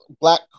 black